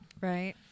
right